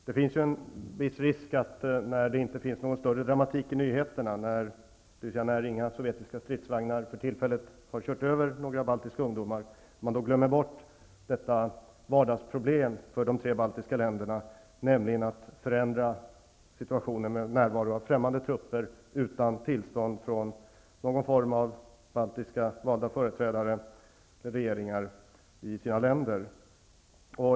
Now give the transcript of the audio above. Det finns en viss risk, när nyheterna inte är särskilt dramatiska, dvs. när inga sovjetiska stridsvagnar för tillfället har kört över några baltiska ungdomar, att man glömmer bort det vardagsproblem som det utgör för de tre baltiska länderna att på sin mark ha främmande trupper utan tillstånd av valda företrädare för de baltiska folken.